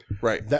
Right